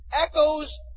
echoes